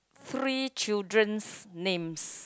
three children's names